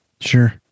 Sure